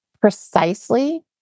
Precisely